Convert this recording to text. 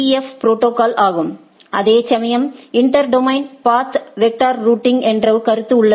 F protocol ஆகும் அதேசமயம் இன்டெர் டொமைனில் பாத் வெக்டர்ரூட்டிங் என்ற கருத்து உள்ளது